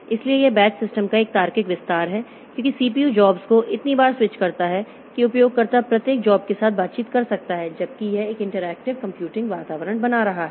इसलिए यह batch system का एक तार्किक विस्तार है क्योंकि सीपीयू जॉब्स को इतनी बार स्विच करता है कि उपयोगकर्ता प्रत्येक जॉब के साथ बातचीत कर सकता है जबकि यह एक इंटरेक्टिव कंप्यूटिंग वातावरण बना रहा है